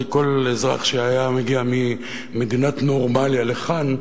הרי כל אזרח שהיה מגיע ממדינת "נורמליה" לכאן,